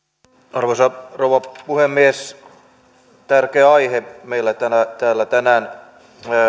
arvoisa rouva puhemies tärkeä aihe meillä täällä täällä tänään